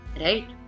Right